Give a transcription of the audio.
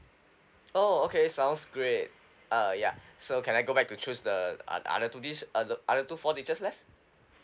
oh okay sounds great uh ya so can I go back to choose the other other two dish uh the other two four dishes left